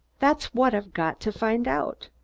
that's what i've got to find out.